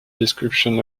description